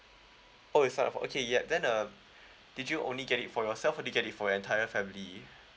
oh you sign up for okay yup then uh did you only get it for yourself or did you get it for your entire family